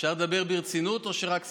אפשר לדבר ברצינות או שרק סיסמאות?